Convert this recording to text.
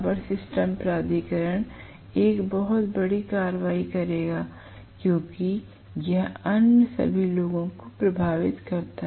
power system प्राधिकरण एक बहुत कड़ी कार्रवाई करेगा क्योंकि यह अन्य सभी लोगों को प्रभावित करता है